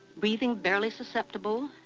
breathing barely susceptible,